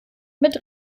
mit